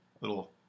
little